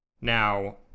Now